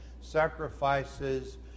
sacrifices